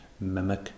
mimic